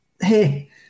hey